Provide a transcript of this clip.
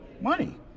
money